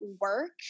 work